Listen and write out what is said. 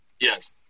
Yes